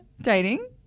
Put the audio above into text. Dating